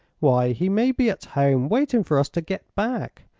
why, he may be at home, waiting for us to get back.